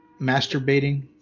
masturbating